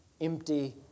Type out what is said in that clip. empty